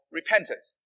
repentance